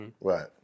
Right